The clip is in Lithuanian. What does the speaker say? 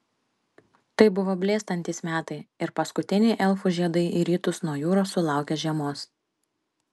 tai buvo blėstantys metai ir paskutiniai elfų žiedai į rytus nuo jūros sulaukė žiemos